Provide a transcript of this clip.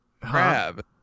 Crab